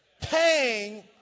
paying